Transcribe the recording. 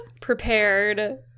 prepared